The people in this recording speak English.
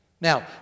Now